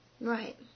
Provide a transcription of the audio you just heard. Right